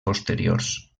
posteriors